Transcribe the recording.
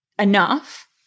enough